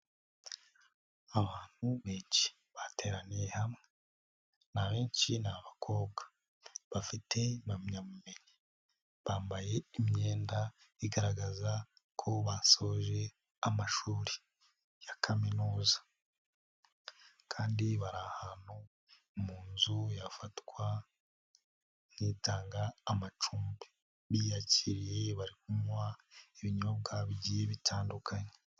Abantu benshi, bateraniye hamwe, abenshin ni abakobwa, bafite impamyamenyi, bambaye imyenda igaragaza ko basoje amashuri ya kaminuza kandi bari ahantu mu nzu yafatwa nk'itanga amacumbi, biyakiriye bari kunywa ibinyobwa, bigiye bitandukanye.